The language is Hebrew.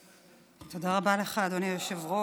תודה רבה לך, אדוני היושב-ראש.